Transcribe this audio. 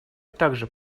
также